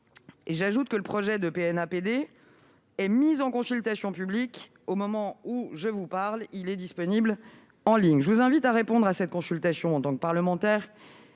et nombreux. Le projet de PNAAPD est mis en consultation publique. Au moment où je vous parle, il est disponible en ligne. Je vous invite à répondre à cette consultation en tant que parlementaires